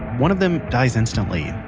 one of them dies instantly,